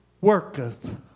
worketh